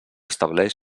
estableix